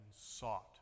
sought